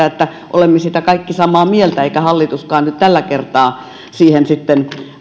että olemme siitä kaikki samaa mieltä eikä hallituskaan nyt tällä kertaa siihen sitten